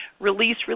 release